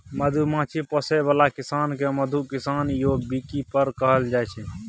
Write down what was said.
मधुमाछी पोसय बला किसान केँ मधु किसान या बीकीपर कहल जाइ छै